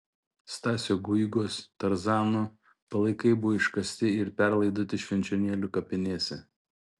stasio guigos tarzano palaikai buvo iškasti ir perlaidoti švenčionėlių kapinėse